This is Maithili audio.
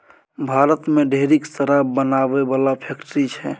भारत मे ढेरिक शराब बनाबै बला फैक्ट्री छै